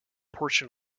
portion